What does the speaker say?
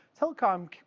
telecom